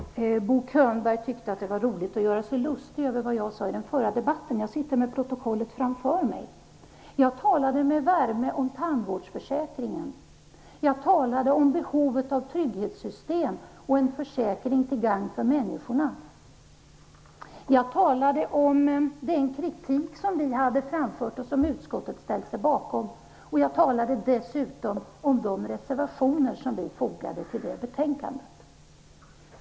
Bo Könberg gjorde sig lustig över vad jag sade i den förra debatten. Jag sitter med protokollet framför mig. Jag talade med värme om tandvårdsförsäkringen. Jag talade om behovet av trygghetssystem och en försäkring till gagn för människorna. Jag talade om den kritik som vi hade framfört och som utskottet hade ställt sig bakom. Jag talade dessutom om de reservationer som vi hade fogat till det betänkandet.